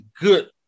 good